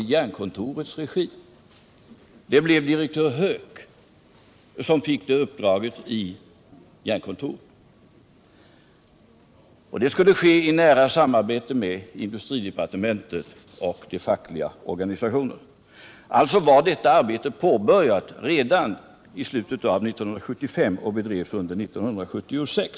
Direktör Höök i Jernkontoret skulle göra den utredningen i nära samarbete med industridepartementet och de fackliga organisationerna. Detta arbete var alltså påbörjat redan i slutet av 1975 och bedrevs under 1976.